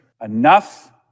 Enough